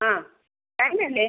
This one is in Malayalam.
ആ ബാങ്ക് അല്ലേ